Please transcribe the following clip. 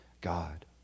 God